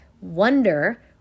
wonder